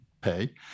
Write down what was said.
pay